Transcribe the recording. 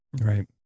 Right